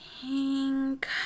pink